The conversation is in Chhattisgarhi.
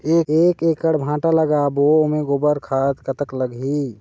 एक एकड़ भांटा लगाबो ओमे गोबर खाद कतक लगही?